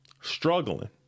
struggling